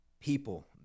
people